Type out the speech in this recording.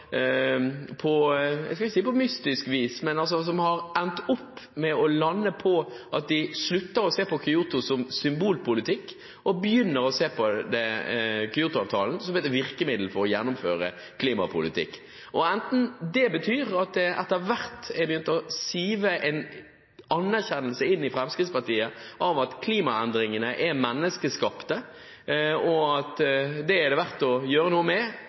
andre jeg vil gratulere, er Fremskrittspartiet, som – jeg skal ikke si på mystisk vis – har landet på at de slutter å se på Kyoto-avtalen som symbolpolitikk, og begynner å se på den som et virkemiddel for å gjennomføre klimapolitikk. Enten det betyr at det etter hvert er begynt å sive en anerkjennelse inn i Fremskrittspartiet av at klimaendringene er menneskeskapte, og at det er verdt å gjøre noe med